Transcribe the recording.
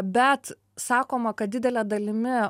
bet sakoma kad didele dalimi